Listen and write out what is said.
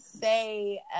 say